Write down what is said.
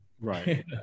Right